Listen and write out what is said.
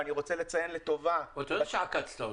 ואני רוצה לציין לטובה- -- אתה יודע שעקצת אותנו.